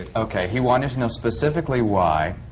ah okay, he wanted to know specifically why,